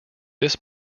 this